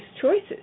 choices